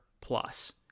plus